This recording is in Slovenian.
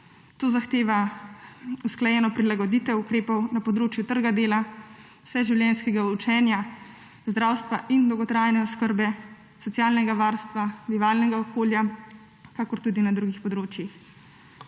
To zahteva usklajeno prilagoditev ukrepov na področju trga dela, vseživljenjskega učenja, zdravstva in dolgotrajne oskrbe, socialnega varstva, bivalnega okolja, kakor tudi na drugih področjih.